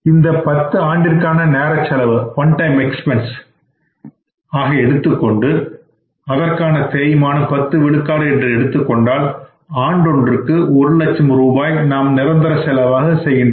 இந்த பத்து ஆண்டிற்கான ஒரு நேரச்செலவு எடுத்துக்கொண்டு அதற்கான தேய்மானம் 10 விழுக்காடு என்று எடுத்துக்கொண்டால் ஆண்டொன்றுக்கு ஒரு லட்சம் ரூபாய் நாம் நிரந்தர செலவாக செய்கின்றோம்